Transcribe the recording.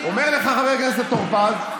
אומר לך חבר הכנסת טור פז,